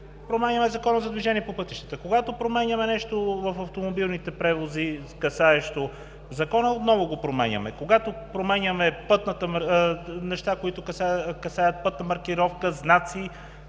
променяме Закона за движението по пътищата, когато променяме нещо в автомобилните превози, касаещо Закона – отново го променяме. Когато променяме неща, които касаят пътна маркировка, знаци,